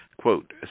Quote